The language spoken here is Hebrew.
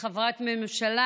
וכחברת ממשלה.